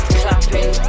clapping